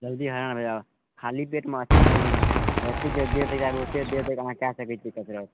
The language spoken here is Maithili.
जल्दी हरान भए जायब खाली पेटमे अच्छा रहय छै जते देर तक जायब ओते देर तक अहाँ कए सकय छी दिक्कत रहत